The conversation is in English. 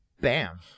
Bam